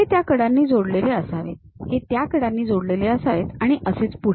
हे त्या कडांनी जोडलेले असावेत हे त्या कडांनी जोडलेले असावेत आणि असेच पुढे